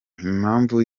impamvu